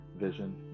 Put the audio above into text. Vision